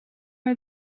are